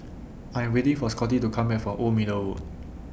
I Am waiting For Scottie to Come Back from Old Middle Road